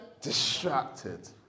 Distracted